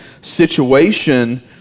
situation